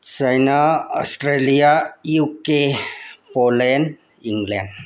China Australia UK Poland England